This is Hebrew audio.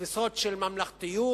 תפיסות של ממלכתיות,